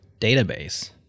database